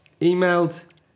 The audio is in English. Emailed